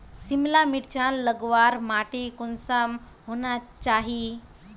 सिमला मिर्चान लगवार माटी कुंसम होना चही?